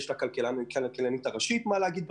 יש לכלכלנית הראשית מה להגיד,